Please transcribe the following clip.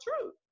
truth